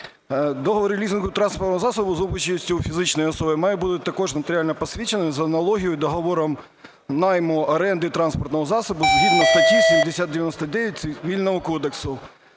Договір лізингу транспортного засобу за участю фізичної особи має бути також нотаріально посвідчений за аналогією з договором найму, оренди транспортного засобу згідно статті 799 Цивільного кодексу.